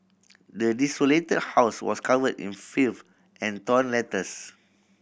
the desolated house was cover in filth and torn letters